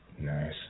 Nice